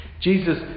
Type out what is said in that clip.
Jesus